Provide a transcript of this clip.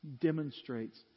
demonstrates